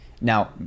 now